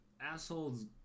assholes